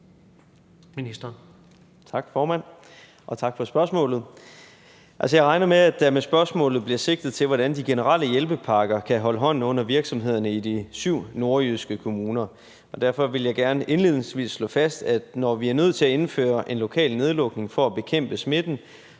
Kollerup): Tak, formand, og tak for spørgsmålet. Jeg regner med, at der med spørgsmålet bliver sigtet til, hvordan de generelle hjælpepakker kan holde hånden under virksomhederne i de syv nordjyske kommuner. Derfor vil jeg gerne indledningsvis slå fast, at når vi er nødt til at indføre en lokal nedlukning for at bekæmpe smitten,